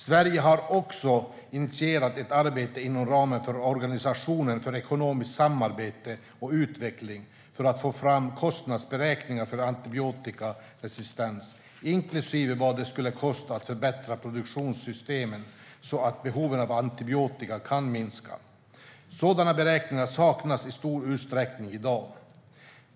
Sverige har också initierat ett arbete inom ramen för Organisationen för ekonomiskt samarbete och utveckling för att få fram kostnadsberäkningar för antibiotikaresistens, inklusive vad det skulle kosta att förbättra produktionssystemen så att behovet av antibiotika kan minska. Sådana beräkningar saknas i stor utsträckning i dag.